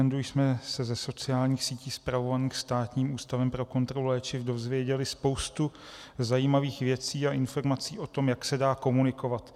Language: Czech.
O víkendu jsme se ze sociálních sítí spravovaných Státním ústavem pro kontrolu léčiv dozvěděli spoustu zajímavých věcí a informací o tom, jak se dá komunikovat.